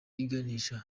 iganisha